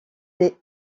des